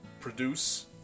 produce